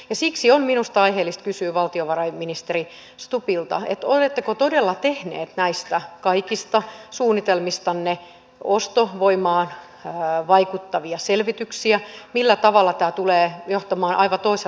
siksi on minusta aiheellista kysyä valtiovarainministeri stubbilta oletteko todella tehneet näistä kaikista suunnitelmistanne ostovoimaan vaikuttavia selvityksiä millä tavalla tämä tulee johtamaan aivan toisenlaiseen suuntaan